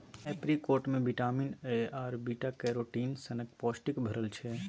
apricot मे vitamin A आर beta carotene सनक पौष्टिक भरल छै